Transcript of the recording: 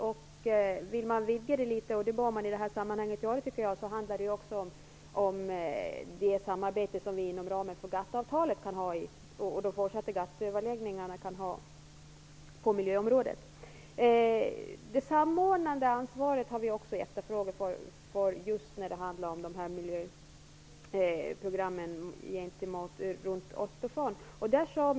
Om man vill vidga det hela litet, och det tycker jag att man i det här sammanhanget bör göra, handlar det också om det samarbete som vi inom ramen för GATT-avtalet och de fortsatta GATT-överläggningarna kan ha på miljöområdet. Det samordnande ansvaret har vi också efterfrågat just när det gäller miljöprogrammen kring Östersjön.